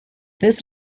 this